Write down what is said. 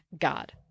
God